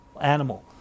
animal